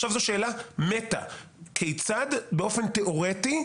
עכשיו זו שאלה כיצד באופן תיאורטי.